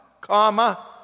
comma